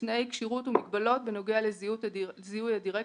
תנאי כשירות ומגבלות בנוגע לזיהוי הדירקטורים,